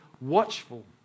watchful